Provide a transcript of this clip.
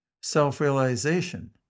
Self-realization